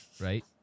right